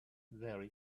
very